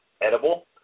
edible